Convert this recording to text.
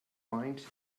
find